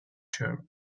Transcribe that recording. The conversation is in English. tour